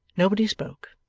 nobody spoke.